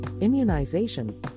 immunization